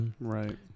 right